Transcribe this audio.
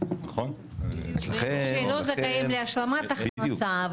שהיו זכאים להשלמת הכנסה,